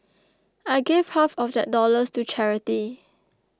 I gave half of that dollars to charity